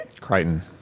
Crichton